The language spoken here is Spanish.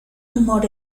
tumor